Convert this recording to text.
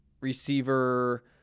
Receiver